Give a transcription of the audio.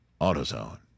AutoZone